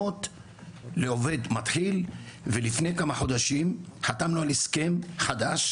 ₪ לעובד מתחיל ולפני כמה חודשים חתמנו על הסכם חדש